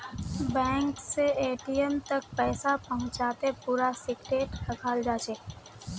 bank स ATM तक पैसा पहुंचाते पूरा सिक्रेट रखाल जाछेक